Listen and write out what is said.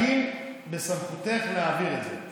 האם בסמכותך להעביר את זה?